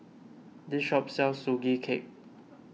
this shop sells Sugee Cake